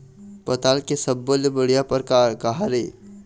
पताल के सब्बो ले बढ़िया परकार काहर ए?